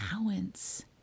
allowance